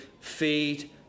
feed